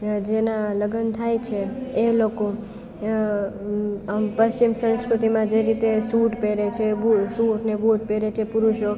જેના લગ્ન થાય છે એ લોકો આમ પશ્ચિમ સંસ્કૃતિમાં જે રીતે શુટ પહેરે છે બુટ શૂટને બુટ પેરે છે પુરુષો